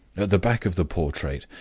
the back of the portrait,